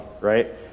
right